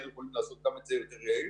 היינו יכולים לעשות גם את זה יותר יעיל.